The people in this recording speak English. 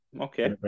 okay